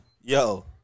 Yo